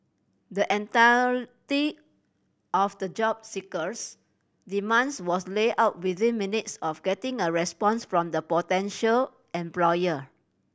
the entirety of the job seeker's demands was laid out within minutes of getting a response from the potential employer